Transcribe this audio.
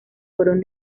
fueron